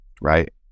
right